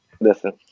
Listen